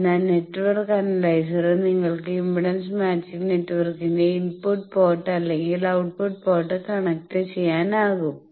അതിനാൽ നെറ്റ്വർക്ക് അനലൈസറിൽ നിങ്ങൾക്ക് ഇംപെഡൻസ് മാച്ചിംഗ് നെറ്റ്വർക്കിന്റെ ഇൻപുട്ട് പോർട്ട് അല്ലെങ്കിൽ ഔട്ട്പുട്ട് പോർട്ട് കണക്റ്റുചെയ്യാനാകും